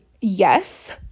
yes